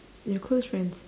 your close friends